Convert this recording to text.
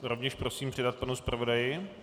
Rovněž prosím předat panu zpravodaji.